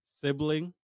sibling